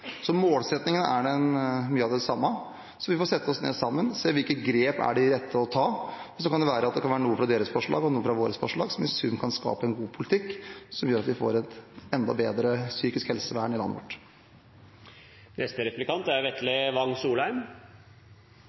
Så målsettingen er mye av den samme. Vi får sette oss ned sammen og se hvilke grep som er de rette å ta, så kan det være at det kan være noe fra deres forslag og noe fra vårt forslag som i sum kan skape en god politikk som gjør at vi får et enda bedre psykisk helsevern i landet vårt.